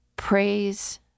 Praise